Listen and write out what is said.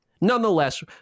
Nonetheless